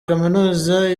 kaminuza